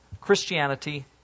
Christianity